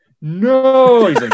no